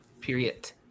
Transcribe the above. Period